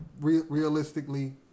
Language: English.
realistically